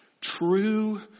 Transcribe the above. true